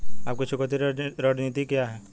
आपकी चुकौती रणनीति क्या है?